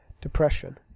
depression